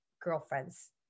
girlfriends